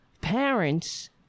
parents